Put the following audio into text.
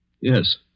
Yes